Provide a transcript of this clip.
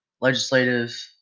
legislative